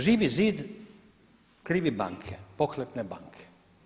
Živi zid krivi banke, pohlepne banke.